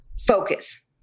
focus